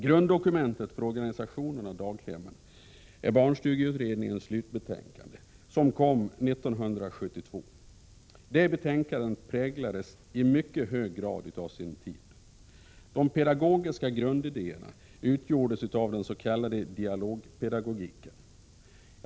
Grunddokumentet för organisationen av daghemmen är barnstugeutredningens slutbetänkande, som lades fram 1972. Det betänkandet präglades i mycket hög grad av sin tid. De pedagogiska grundidéerna baserades på den s.k. dialogpedagogiken.